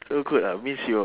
so good ah means your